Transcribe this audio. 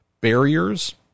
barriers